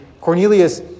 Cornelius